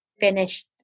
finished